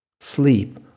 Sleep